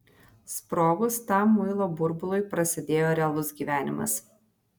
sprogus tam muilo burbului prasidėjo realus gyvenimas